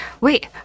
wait